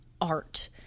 art